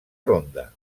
ronda